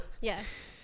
yes